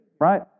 right